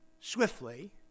swiftly